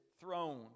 throne